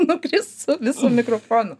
nukris su visu mikrofonu